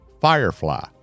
Firefly